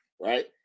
right